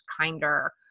kinder